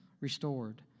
restored